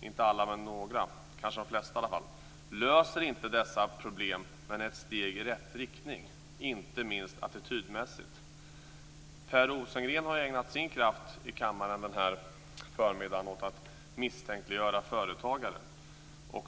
inte alla men kanske i alla fall de flesta - löser inte dessa problem men är ett steg i rätt riktning, inte minst attitydmässigt. Per Rosengren har ägnat sin kraft i kammaren den här förmiddagen åt att misstänkliggöra företagaren.